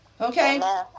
Okay